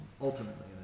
ultimately